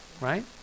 right